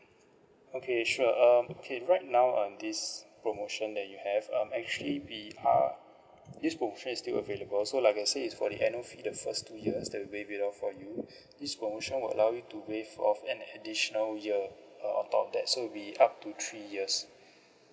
okay sure um okay right now on this promotion that you have um actually we are this promotion is still available so like I say is for the annual fee the first two years that we waived it off for you this promotion will allow you to waive off an additional year uh on top that so will be up to three years